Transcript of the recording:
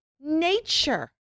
nature